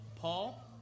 Paul